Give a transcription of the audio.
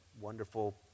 wonderful